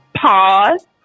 Pause